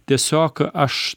tiesiog aš